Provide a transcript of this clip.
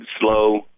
slow